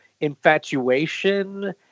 infatuation